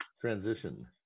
Transition